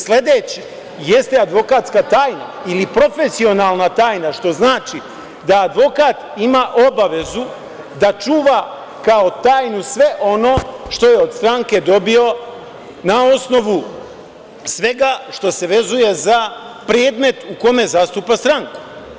Sledeće jeste advokatska tajna ili profesionalna tajna, što znači da advokat ima obavezu da čuva kao tajnu sve ono što je od stranke dobio na osnovu svega što se vezuje za predmet u kome zastupa stranku.